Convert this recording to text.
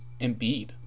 Embiid